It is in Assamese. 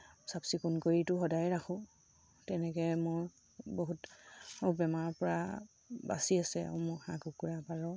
চাফ চিকুণ কৰিটো সদায় ৰাখোঁ তেনেকৈ মোৰ বহুত বেমাৰৰপৰা বাচি আছে আৰু মোৰ হাঁহ কুকুৰা পাৰ